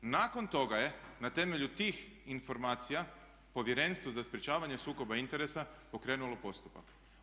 Nakon toga je na temelju tih informacija Povjerenstvo za sprječavanje sukoba interesa pokrenulo postupak.